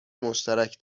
مشترک